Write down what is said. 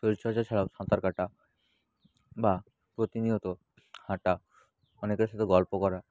শরীর চর্চা ছাড়াও সাঁতার কাটা বা প্রতিনিয়ত হাঁটা অনেকের সাথে গল্প করা